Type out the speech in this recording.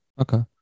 Okay